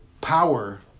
power